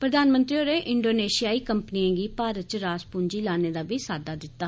प्रधानमंत्री होरें इंडोनेशियाई कंपनियें गी भारत च रास पूंजी लाने लेई बी साद्दा दित्ता